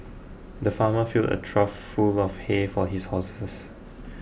the farmer filled a trough full of hay for his horses